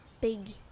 big